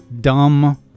dumb